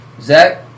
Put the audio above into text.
Zach